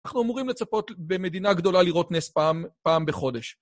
אנחנו אמורים לצפות במדינה גדולה לראות נס פעם פעם בחודש.